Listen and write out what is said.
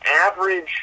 average